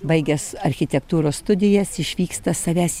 baigęs architektūros studijas išvyksta savęs